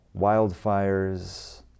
wildfires